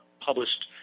published